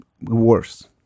worse